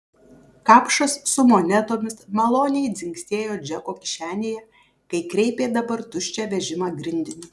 kapšas su monetomis maloniai dzingsėjo džeko kišenėje kai kreipė dabar tuščią vežimą grindiniu